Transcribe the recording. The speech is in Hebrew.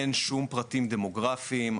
אין שום פרטים דמוגרפיים,